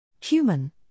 Human